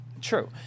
True